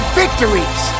victories